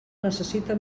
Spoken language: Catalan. necessita